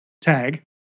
tag